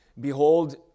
Behold